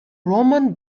roman